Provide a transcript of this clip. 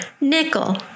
nickel